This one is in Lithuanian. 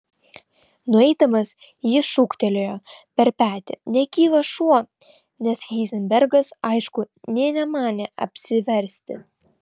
nueidamas jį šūktelėjo per petį negyvas šuo nes heizenbergas aišku nė nemanė apsiversti